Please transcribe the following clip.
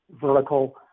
vertical